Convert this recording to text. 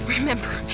Remember